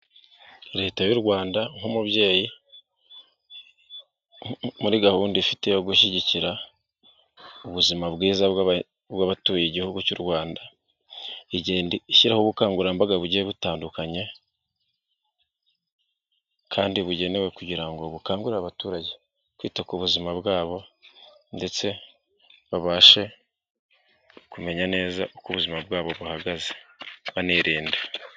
Leta y'u Rwanda nk'umubyeyi muri gahunda ifite yo gushyigikira ubuzima bwiza bw'abatuye igihugu cy'u Rwanda, igenda ishyiraho ubukangurambaga bugiye butandukanye kandi bugenewe kugira ngo bukangurire abaturage, kwita ku buzima bwabo ndetse babashe kumenya neza uko ubuzima bwabo buhagaze banirinda.